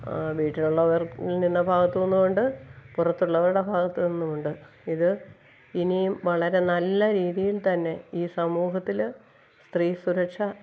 വീട്ടിലുള്ളവർ നിന്ന ഭാഗത്തുന്നുമുണ്ട് പുറത്തുള്ളവരുടെ ഭാഗത്തുന്നുമുണ്ട് ഇത് ഇനിയും വളരെ നല്ല രീതിയിൽത്തന്നെ ഈ സമൂഹത്തിൽ സ്ത്രീസുരക്ഷ